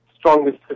strongest